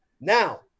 Now